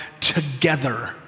together